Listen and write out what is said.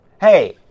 Hey